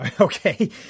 Okay